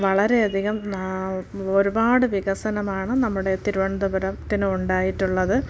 വളരെയധികം ഒരുപാട് വികസനമാണ് നമ്മുടെ തിരുവനന്തപുരത്തിന് ഉണ്ടായിട്ടുള്ളത്